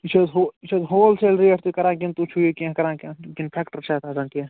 یہِ چھا حظ ہو یہِ چھا حظ ہول سیل ریٹ تُہۍ کران کنہٕ تُہۍ چھُو یہِ کیٚنٛہہ کران کیٚنٛہہ کنہٕ فیٚکٹر چھ اَتھ آسان کیٚنٛہہ